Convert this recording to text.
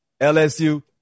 LSU